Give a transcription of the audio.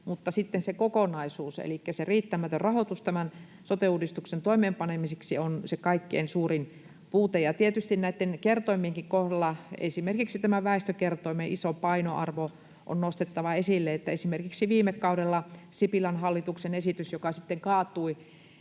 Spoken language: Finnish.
mutta sitten se kokonaisuus, elikkä se riittämätön rahoitus tämän sote-uudistuksen toimeenpanemiseksi, on se kaikkein suurin puute. Tietysti näitten kertoimienkin kohdalla, esimerkiksi tämän väestökertoimen, iso painoarvo on nostettava esille. Esimerkiksi viime kaudella Sipilän hallituksen esityksessäkin, joka sitten kaatui